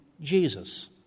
Jesus